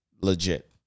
legit